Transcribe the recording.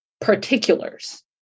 particulars